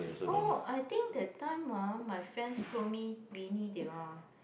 oh I think that time ah my friends told me Winnie they all ah